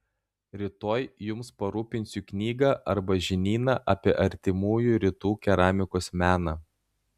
rytoj jums parūpinsiu knygą arba žinyną apie artimųjų rytų keramikos meną